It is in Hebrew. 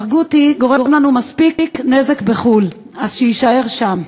ברגותי גורם לנו מספיק נזק בחו"ל, אז שיישאר שם.